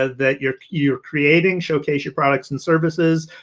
ah that you're you're creating showcase your products and services,